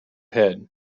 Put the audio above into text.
head